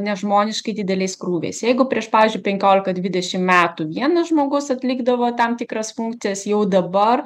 nežmoniškai dideliais krūviais jeigu prieš pavyzdžiui penkiolika dvidešim metų vienas žmogus atlikdavo tam tikras funkcijas jau dabar